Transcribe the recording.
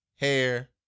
hair